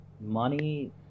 money